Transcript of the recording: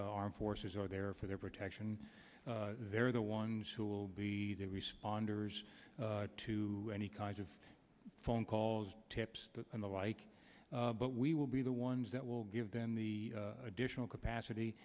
armed forces are there for their protection they're the ones who will be the responders to any kinds of phone calls tips and the like but we will be the ones that will give them the additional capacity